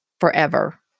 forever